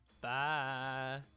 Bye